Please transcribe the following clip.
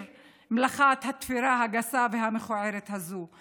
את מלאכת התפירה הגסה והמכוערת הזאת.